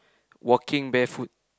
walking barefoot